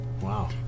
Wow